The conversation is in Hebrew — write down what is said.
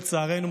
לצערנו,